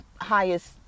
highest